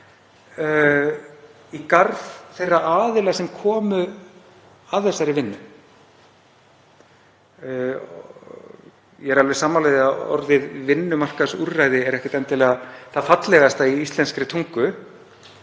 í garð þeirra aðila sem komu að þessari vinnu. Ég er alveg sammála því að orðið vinnumarkaðsúrræði sé ekkert endilega það fallegasta í íslenskri tungu